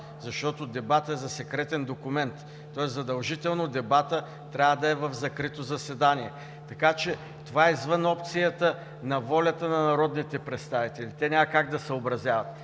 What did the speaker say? защото дебатът е за секретен документ, тоест задължително дебатът трябва да е в закрито заседание. Така че това е извън опцията на волята на народните представители. Те няма как да съобразяват.